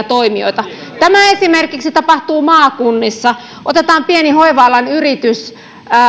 toimijoita tämä esimerkiksi tapahtuu maakunnissa otetaan pieni hoiva alan yritys